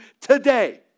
today